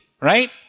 right